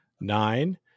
nine